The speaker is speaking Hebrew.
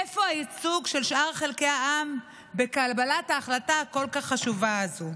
איפה הייצוג של שאר חלקי העם בקבלת ההחלטה הכל-כך חשובה הזאת?